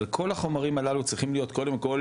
אבל כל החומרים הללו צריכים להיות קודם כל